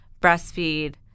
breastfeed